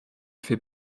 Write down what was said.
fait